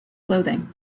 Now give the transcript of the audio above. clothing